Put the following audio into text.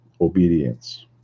obedience